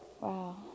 Wow